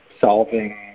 solving